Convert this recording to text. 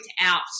out